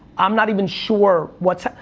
i'm not even sure what's,